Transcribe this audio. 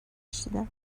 کشیدم